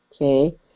okay